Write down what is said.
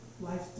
life